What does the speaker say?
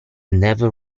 never